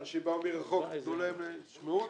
--- אנשים באו מרחוק, תשמעו אותם.